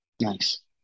Nice